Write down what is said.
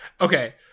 Okay